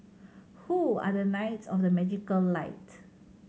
who are the knights of the magical light